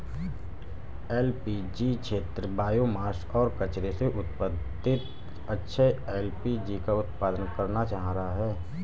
LPG क्षेत्र biomass और कचरे से उत्पादित अक्षय एल.पी.जी का उत्पादन करना चाह रहा है